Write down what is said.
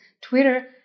Twitter